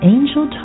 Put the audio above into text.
Angel